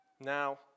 Now